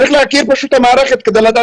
צריך להכיר את המערכת כדי לדעת איך היא עובדת.